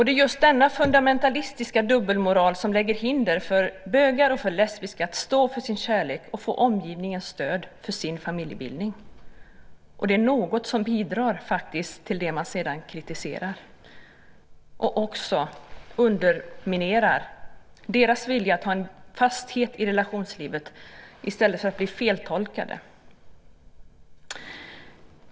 Det är just denna fundamentalistiska dubbelmoral som lägger hinder för bögar och lesbiska att stå för sin kärlek och få omgivningens stöd för sin familjebildning, och det är något som bidrar till det man sedan kritiserar och också underminerar deras vilja att ha en fasthet i relationslivet i stället för att bli feltolkade.